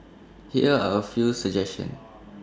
here are A few suggestions